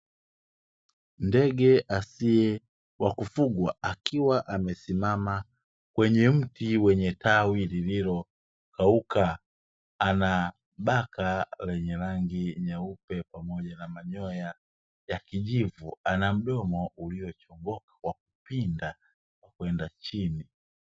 Ndege asiye wa kufugwa akiwa amesimama kwenye mti wenye tawi lililokauka, ana baka lenye rangi nyeupe pamoja na manyoya ya kijivu, ana mdomo uliochongoka kwa kupinda kwenda chini.